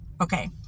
okay